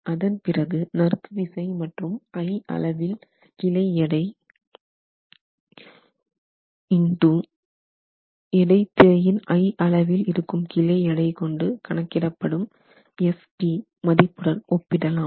அதன்பிறகு நறுக்கு விசை மற்றும் i அளவில் கிளை எடை X இடை திரையின் i அளவில் இருக்கும் கிளை எடை கொண்டு கணக்கிடப்படும் F px மதிப்புடன் ஒப்பிடலாம்